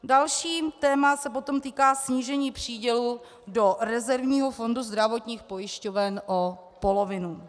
Další téma se potom týká snížení přídělu do rezervního fondu zdravotních pojišťoven o polovinu.